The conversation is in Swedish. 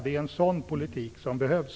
Det är en sådan politik som behövs.